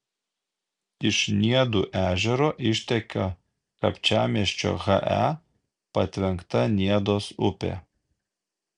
iš niedų ežero išteka kapčiamiesčio he patvenkta niedos upė